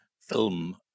film